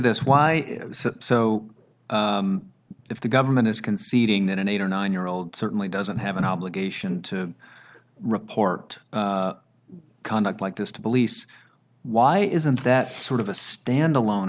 this why so if the government is conceding that an eight or nine year old certainly doesn't have an obligation to report conduct like this to police why isn't that sort of a stand alone